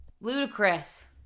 Ludicrous